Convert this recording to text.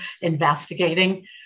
investigating